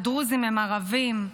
הדרוזים הם ערבים,